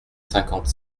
cinquante